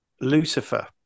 Lucifer